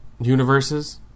universes